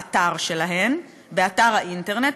באתרים שלהן באינטרנט,